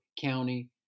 county